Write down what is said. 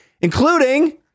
including